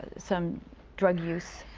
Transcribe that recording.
some drug use,